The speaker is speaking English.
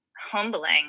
humbling